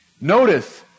Notice